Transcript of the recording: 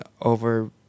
over